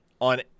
on